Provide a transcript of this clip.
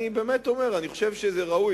אני חושב שזה ראוי,